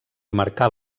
marcar